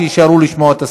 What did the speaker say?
שיישארו לשמוע את השר.